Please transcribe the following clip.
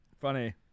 funny